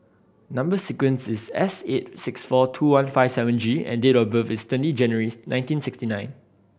number sequence is S eight six four two one five seven G and date of birth is twenty January nineteen sixty nine